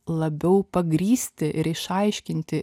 labiau pagrįsti ir išaiškinti